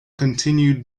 continued